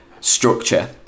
structure